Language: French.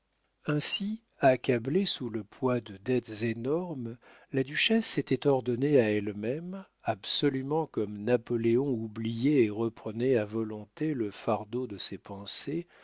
ainsi accablée sous le poids de dettes énormes la duchesse s'était ordonnée à elle-même absolument comme napoléon oubliait et reprenait à volonté le fardeau de ses pensées